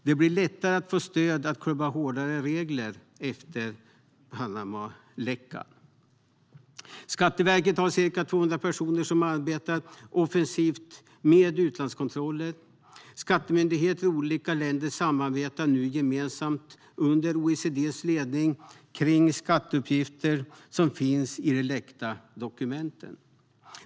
Det blir lättare att få stöd för att klubba hårdare regler efter Panamaläckan. Skatteverket har ca 200 personer som arbetar offensivt med utlandskontroller. Skattemyndigheter i olika länder samarbetar nu gemensamt under OECD:s ledning kring skatteuppgifter som finns i de läckta dokumenten.